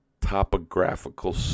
topographical